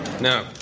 no